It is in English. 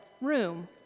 room